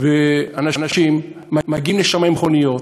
אנשים מגיעים לשם עם מכוניות,